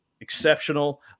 exceptional